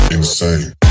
Insane